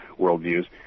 worldviews